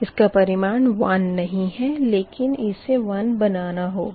इसका परिमाण 1 नही है लेकिन इसे 1 बनाना होगा